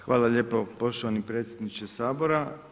Hvala lijepo, poštovani predsjedniče Sabora.